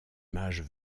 mages